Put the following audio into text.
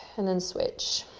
and then switch.